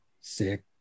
Sick